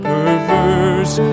Perverse